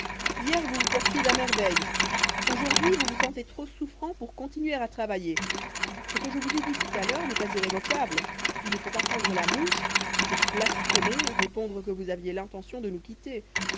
hier vous vous portiez à merveille aujourd'hui vous vous sentez trop souffrant pour continuer à travailler ce que je vous ai dit tout à l'heure n'est pas irrévocable il ne faut pas prendre la mouche et pour plastronner répondre que vous aviez l'intention de nous quitter